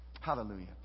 Hallelujah